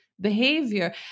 behavior